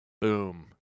Boom